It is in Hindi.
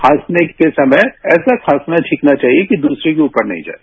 खांसने के समय ऐसा खांसना छीकना चाहिए कि दूसरे के रपर न जाये